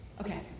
Okay